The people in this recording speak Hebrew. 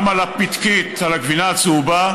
גם על הפתקית שעל הגבינה הצהובה,